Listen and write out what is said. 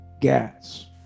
gas